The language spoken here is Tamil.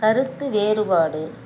கருத்து வேறுபாடு